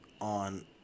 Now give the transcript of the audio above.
on